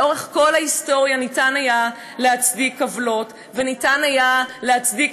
לאורך כל ההיסטוריה היה אפשר להצדיק עוולות והיה אפשר להצדיק